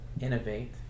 innovate